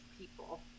people